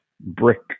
brick